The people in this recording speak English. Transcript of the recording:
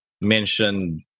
mentioned